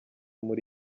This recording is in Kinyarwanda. muri